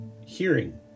hearing